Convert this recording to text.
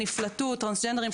טרנסג'נדרים,